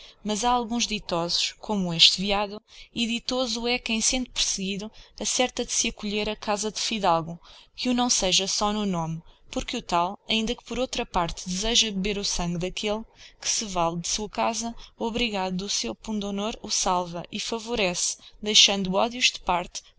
mas ha alguns ditosos como este veado e ditoso lie quem sendo perseguido acerta de se acolher a casa de fidalgo que o nâo seja só no nome porque o tal ainda que por outra parte deseja beber o sangue daquelle que se vale de sua casa obrigado do seu pundonor o salva e favorece deixando